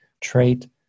trait